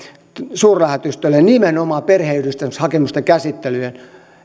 suurlähetystöille nimenomaan perheenyhdistämishakemusten käsittelyjen